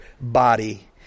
body